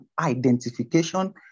identification